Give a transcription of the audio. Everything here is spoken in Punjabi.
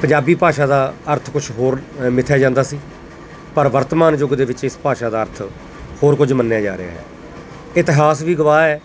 ਪੰਜਾਬੀ ਭਾਸ਼ਾ ਦਾ ਅਰਥ ਕੁਛ ਹੋਰ ਮਿਥਿਆ ਜਾਂਦਾ ਸੀ ਪਰ ਵਰਤਮਾਨ ਯੁੱਗ ਦੇ ਵਿੱਚ ਇਸ ਭਾਸ਼ਾ ਦਾ ਅਰਥ ਹੋਰ ਕੁਝ ਮੰਨਿਆ ਜਾ ਰਿਹਾ ਇਤਿਹਾਸ ਵੀ ਗਵਾਹ ਹੈ